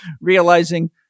realizing